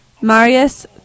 Marius